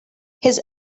his